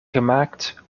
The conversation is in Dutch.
gemaakt